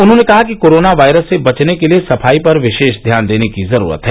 उन्होंने कहा कि कोरोना वायरस से बचने के लिये सफाई पर विशेष ध्यान देने की जरूरत है